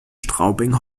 straubing